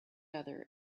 other